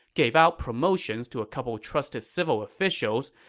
gave out promotions to a couple trusted civil officials,